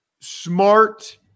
smart